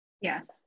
yes